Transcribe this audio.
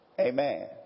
Amen